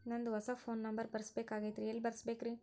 ನಂದ ಹೊಸಾ phone number ಬರಸಬೇಕ್ ಆಗೈತ್ರಿ ಎಲ್ಲೆ ಬರಸ್ಬೇಕ್ರಿ?